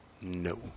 No